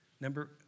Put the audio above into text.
Number